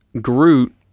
Groot